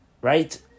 right